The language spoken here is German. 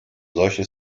solche